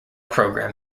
program